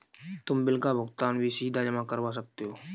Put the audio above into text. तुम बिल का भुगतान भी सीधा जमा करवा सकते हो